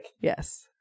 Yes